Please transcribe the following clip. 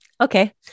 Okay